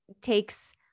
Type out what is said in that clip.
takes